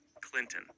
Clinton